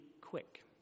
quick